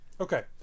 Okay